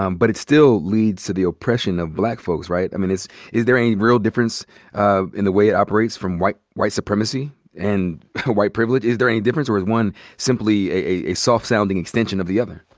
um but it still leads to the oppression of black folks, right? i mean, is is there any real difference in the way it operates from white white supremacy and white privilege? is there any difference? or is one simply a soft sounding extension of the other?